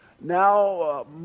Now